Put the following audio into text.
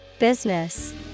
Business